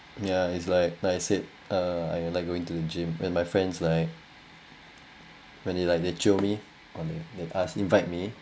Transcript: ya it's like like I said uh I like going to the gym when my friends like when they like they jio or they they ask invite me